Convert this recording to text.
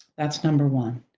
that's number one.